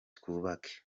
twubake